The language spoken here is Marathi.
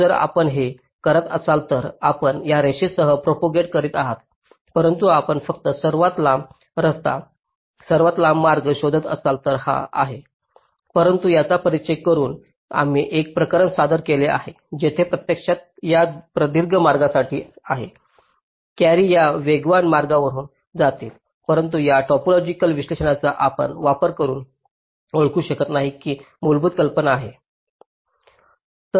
तर जर आपण हे करत असाल तर आपण या रेषेसह प्रोपागंट करीत आहात परंतु आपण फक्त सर्वात लांब रस्ता सर्वात लांब मार्ग शोधत असाल तर हा आहे परंतु याचा परिचय करून आम्ही एक प्रकरण सादर केले आहे जिथे प्रत्यक्षात या प्रदीर्घ मार्गासाठी आहे कॅरी या वेगवान मार्गावरुन जातील परंतु या टोपोलॉजिकल विश्लेषणाचा वापर करुन आपण ओळखू शकत नाही की ती मूलभूत कल्पना आहे